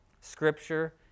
Scripture